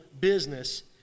business